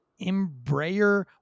Embraer